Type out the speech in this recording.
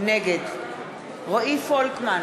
נגד רועי פולקמן,